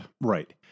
Right